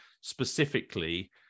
specifically